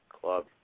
club